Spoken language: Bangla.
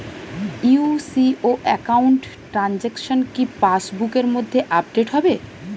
ইউ.সি.ও একাউন্ট ট্রানজেকশন কি পাস বুকের মধ্যে আপডেট হবে?